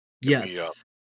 yes